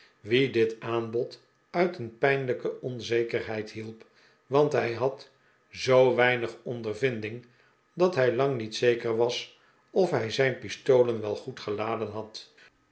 wien dit aanbod uit een pijnlijke onzekerheid hielp want hij had zoo weinig ondervinding dat hij lang niet zeker was of hij zijn pistolen wel goed geladen had